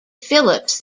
phillips